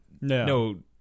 no—